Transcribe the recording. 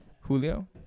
Julio